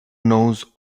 knows